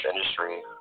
industry